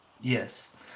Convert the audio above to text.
Yes